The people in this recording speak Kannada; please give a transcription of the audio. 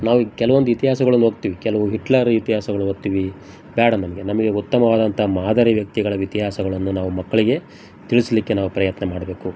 ನಾವು ಈಗ ಕೆಲವೊಂದು ಇತಿಹಾಸಗಳನ್ನು ಓದ್ತೀವಿ ಕೆಲವು ಹಿಟ್ಲರ್ ಇತಿಹಾಸಗಳು ಓದ್ತೀವಿ ಬೇಡ ನಮಗೆ ನಮಗೆ ಉತ್ತಮವಾದಂಥ ಮಾದರಿ ವ್ಯಕ್ತಿಗಳ ಇತಿಹಾಸಗಳನ್ನು ನಾವು ಮಕ್ಕಳಿಗೆ ತಿಳಿಸಲಿಕ್ಕೆ ನಾವು ಪ್ರಯತ್ನ ಮಾಡಬೇಕು